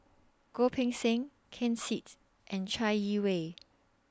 Goh Poh Seng Ken Seet's and Chai Yee Wei